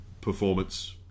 performance